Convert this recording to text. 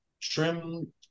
Trim